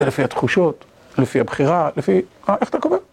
לפי התחושות, לפי הבחירה, לפי... איך אתה קובע?